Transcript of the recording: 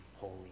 holy